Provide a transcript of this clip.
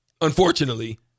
Unfortunately